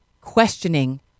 questioning